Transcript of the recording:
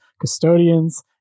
custodians